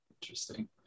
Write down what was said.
Interesting